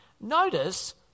Notice